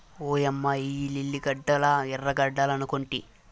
ఓయమ్మ ఇయ్యి లిల్లీ గడ్డలా ఎర్రగడ్డలనుకొంటి